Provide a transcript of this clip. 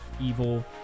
evil